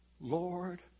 Lord